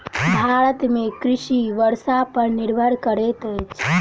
भारत में कृषि वर्षा पर निर्भर करैत अछि